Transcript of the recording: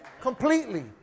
completely